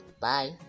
Bye